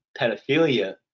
pedophilia